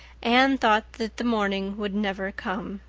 anne thought that the morning would never come.